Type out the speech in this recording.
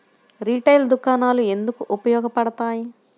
Retail దుకాణాలు ఎందుకు ఉపయోగ పడతాయి?